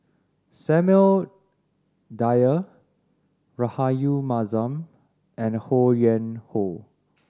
Samuel Dyer Rahayu Mahzam and Ho Yuen Hoe